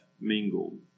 mingled